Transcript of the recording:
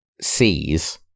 sees